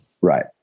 right